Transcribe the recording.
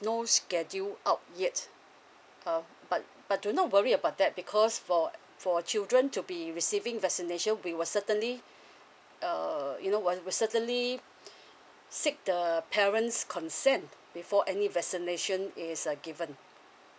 no schedule out yet um but but do not worry about that because for for children to be receiving vaccination we were certainly uh you know uh we certainly seek the parents consent before any vaccination is a given